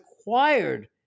acquired